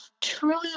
truly